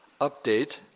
update